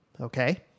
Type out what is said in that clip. okay